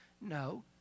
No